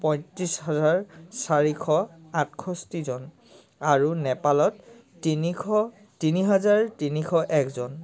পঁয়ত্ৰিছ হাজাৰ চাৰিশ আঠষষ্টিজন আৰু নেপালত তিনিশ তিনি হাজাৰ তিনিশ একজন